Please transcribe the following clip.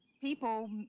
people